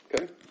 Okay